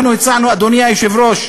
הצענו, אדוני היושב-ראש,